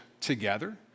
together